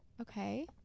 Okay